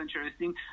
interesting